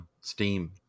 steam